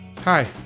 Hi